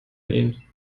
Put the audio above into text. ihn